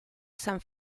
san